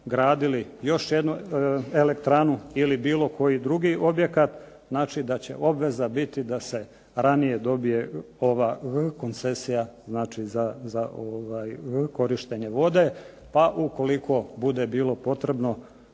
još jednu elektranu ili bilo koji drugi objekat, da će obveza biti da se ranije dobije koncesija za korištenje vode. Pa ukoliko bude bilo potrebno